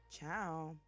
Ciao